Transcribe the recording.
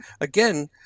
again